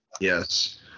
Yes